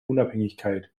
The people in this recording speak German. unabhängigkeit